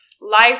Life